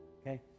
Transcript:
Okay